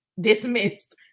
Dismissed